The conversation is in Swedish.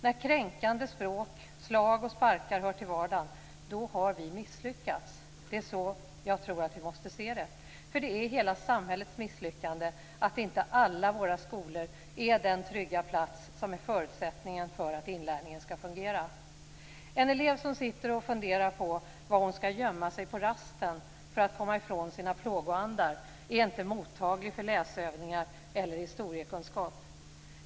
När kränkande språk, slag och sparkar hör till vardagen har vi misslyckats. Det är så jag tror att vi måste se det. Det är hela samhällets misslyckande att inte alla våra skolor är den trygga plats som är förutsättningen för att inlärningen skall fungera. En elev som sitter och funderar på var hon skall gömma sig på rasten för att komma ifrån sina plågoandar är inte mottaglig för läsövningar eller historiekunskap.